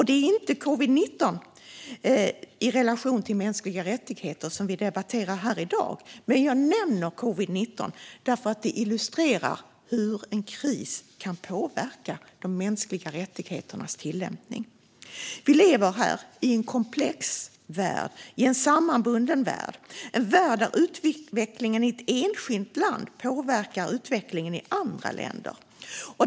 Det är inte covid-19 i relation till mänskliga rättigheter vi debatterar här i dag, men jag nämner covid-19 därför att den frågan illustrerar hur en kris kan påverka de mänskliga rättigheternas tillämpning. Vi lever i en komplex, sammanbunden värld, en värld där utvecklingen i ett enskilt land påverkar utvecklingen i andra länder.